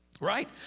Right